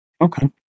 Okay